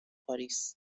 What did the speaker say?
پاریس